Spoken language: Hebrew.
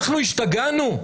אנחנו השתגענו?